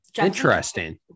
Interesting